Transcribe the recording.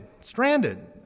stranded